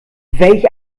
welch